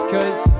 Cause